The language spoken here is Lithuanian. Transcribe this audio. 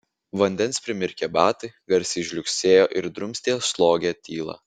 vandens primirkę batai garsiai žliugsėjo ir drumstė slogią tylą